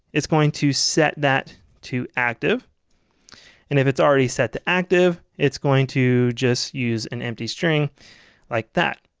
it's going to set that to active and if it's already set to active it's going to just use an empty string like that.